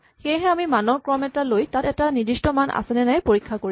সেয়েহে আমি মানৰ ক্ৰম এটা লৈ তাত এটা নিৰ্দিষ্ট মান আছে নে নাই পৰীক্ষা কৰিম